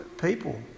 people